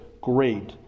great